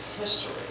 history